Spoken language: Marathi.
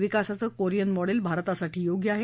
विकासाचं कोरियन मॉडेल भारतासाठी योग्य आहे